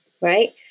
Right